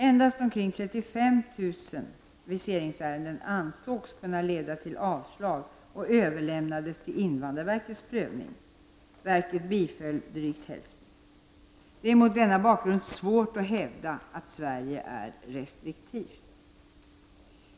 Endast omkring 35 000 viseringsärenden ansågs kunna leda till avslag och överlämnades till invandrarverkets prövning. Verket biföll drygt hälften. Det är mot denna bakgrund svårt att hävda att Sverige är restriktivt.